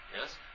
Yes